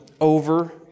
over